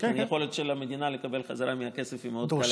ולכן היכולת של המדינה לקבל בחזרה את הכסף היא מאוד קלה.